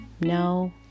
No